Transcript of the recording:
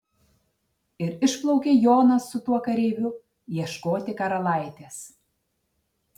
ir išplaukė jonas su tuo kareiviu ieškoti karalaitės